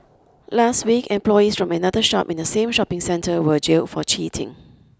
last week employees from another shop in the same shopping centre were jailed for cheating